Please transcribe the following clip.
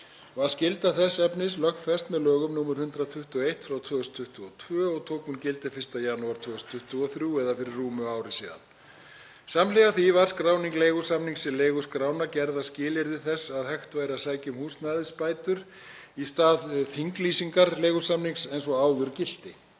Var skylda þess efnis lögfest með lögum nr. 121/2022 og tók hún gildi 1. janúar 2023 eða fyrir rúmu ári síðan. Samhliða því var skráning leigusamnings í leiguskrána gerð að skilyrði þess að hægt væri að sækja um húsnæðisbætur í stað þinglýsingar leigusamnings eins og áður gilti.